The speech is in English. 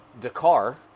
Dakar